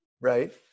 Right